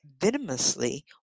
venomously